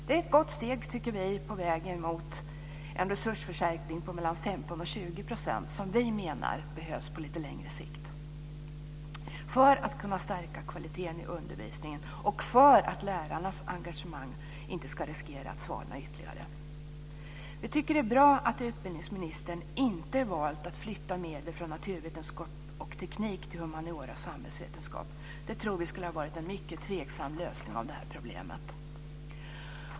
Det är ett gott steg, tycker vi, på vägen mot en resursförstärkning på 15-20 %, som vi menar behövs på lite längre sikt för att kunna stärka kvaliteten i undervisningen och för att lärarnas engagemang inte ska riskera att svalna ytterligare. Vi tycker att det är bra att utbildningsministern inte valt att flytta medel från naturvetenskap och teknik till humaniora och samhällsvetenskap. Det tror vi skulle ha varit en mycket tveksam lösning av det här problemet.